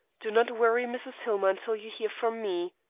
do not worry mrs. hillmer until you hear from me.